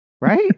right